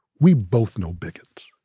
we both know biggots.